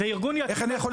איך אני יכול לחייב אותם?